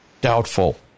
doubtful